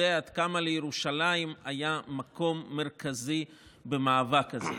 יודע עד כמה לירושלים היה מקום מרכזי במאבק הזה.